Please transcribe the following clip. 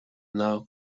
now